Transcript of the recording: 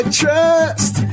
trust